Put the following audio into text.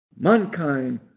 mankind